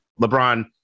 LeBron